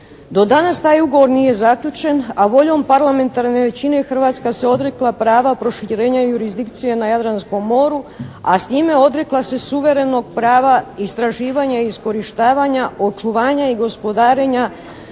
Do danas taj ugovor nije zaključen a voljom parlamentarne većine Hrvatska se odrekla prava proširenja jurisdikcije na Jadranskom moru a s time odrekla se suverenog prava istraživanja i iskorištavanja, očuvanja i gospodarenja